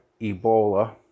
Ebola